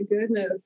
goodness